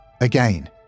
Again